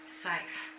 safe